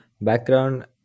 background